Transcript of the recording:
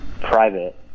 private